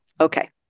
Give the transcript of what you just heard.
Okay